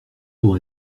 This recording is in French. pour